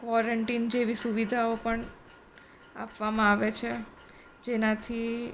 quarantine જેવી સુવિધાઓ પણ આપવામાં આવે છે જેનાથી